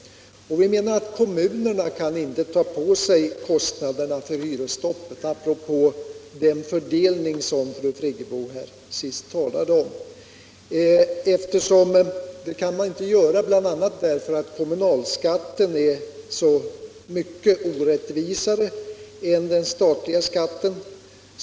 Vi menar att kommunerna inte kan ta på sig kostnaderna för hyresstoppet — apropå den fördelning som fru Friggebo här sist talade om. Det kan de inte göra bl.a. därför att kommunalskatten är så mycket mer orättvis än den statliga skatten.